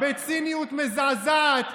בציניות מזעזעת,